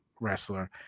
wrestler